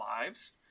lives